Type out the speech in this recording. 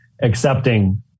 accepting